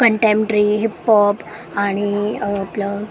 contemporary hip hop आणि आपलं